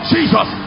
Jesus